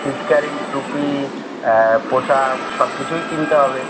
পিচকারি টুপি পোশাক সব কিছুই কিনতে হবে